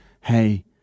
hey